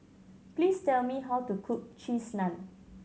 please tell me how to cook Cheese Naan